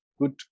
good